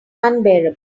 unbearable